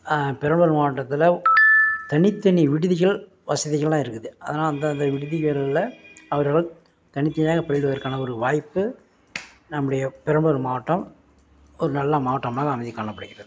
பெரம்பலூர் மாவட்டத்தில் தனித்தனி விடுதிகள் வசதிகளெலாம் இருக்குது அதனால் அந்தந்த விடுதிகளில் அவர்கள் தனித்தனியாக பயில்வதற்கான ஒரு வாய்ப்பு நம்முடைய பெரம்பலூர் மாவட்டம் ஒரு நல்ல மாவட்டமாக அமைஞ்சு காணப்படுகிறது